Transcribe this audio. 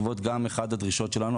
בעקבות אחת הדרישות שלנו,